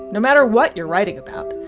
no matter what you're writing about.